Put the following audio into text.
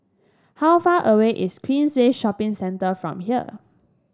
how far away is Queensway Shopping Centre from here